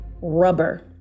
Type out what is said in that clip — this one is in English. rubber